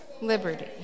liberty